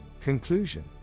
Conclusion